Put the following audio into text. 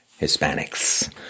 Hispanics